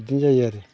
बिदिनो जायो आरो